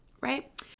right